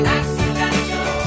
accidental